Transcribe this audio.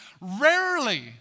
Rarely